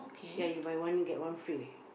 ya you buy one and get one free